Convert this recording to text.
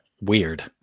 weird